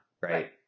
Right